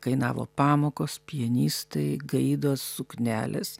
kainavo pamokos pianistai gaidos suknelės